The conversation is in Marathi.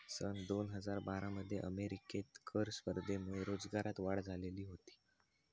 सन दोन हजार बारा मध्ये अमेरिकेत कर स्पर्धेमुळे रोजगारात वाढ झालेली होती